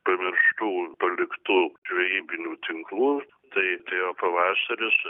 pamirštų paliktų žvejybinių tinklų tai atėjo pavasaris